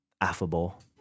affable